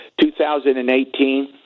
2018